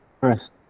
First